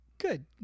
Good